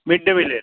mid day মিলের